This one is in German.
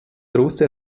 große